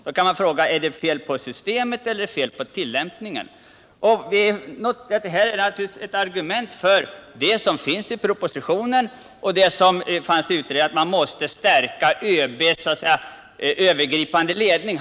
Då kan man fråga: Är det fel på systemet eller på tillämpningen? Detta är naturligtvis ett argument för vad som finns i propositionen och som fanns i försvarsmaktens ledningsutredning, att man måste stärka ÖB:s övergripande ledning.